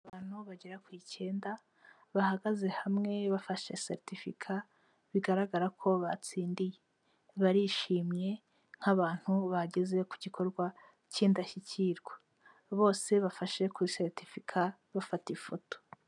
Abantu bagera ku icyenda bahagaze hamwe bafashe seretifika bigaragara ko batsindiye, barishimye nk'abantu bageze ku gikorwa cy'indashyikirwa bose bafashe kuri seritifika bafata ifoto.